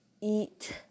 eat